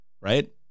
right